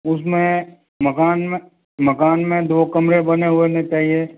उसमें मकान में मकान में दो कमरे बने होने चाहिए